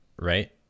right